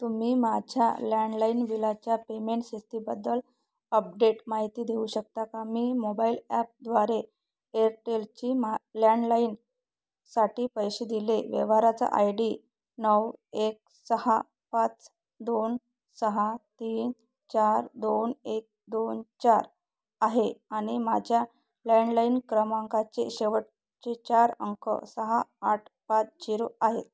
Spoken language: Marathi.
तुम्ही माझ्या लँडलाईन बिलाच्या पेमेंट स्थितीबद्दल अपडेट माहिती देऊ शकता का मी मोबाईल ॲपद्वारे एअरटेलची मा लँडलाईनसाठी पैसे दिले व्यवहाराचा आय डी नऊ एक सहा पाच दोन सहा तीन चार दोन एक दोन चार आहे आणि माझ्या लँडलाईन क्रमांकाचे शेवटचे चार अंक सहा आठ पाच झिरो आहेत